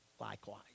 likewise